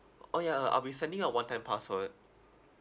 oh ya uh I'll be sending a one time password